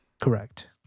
Correct